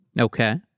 Okay